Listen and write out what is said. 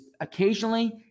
occasionally